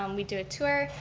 um we do a tour,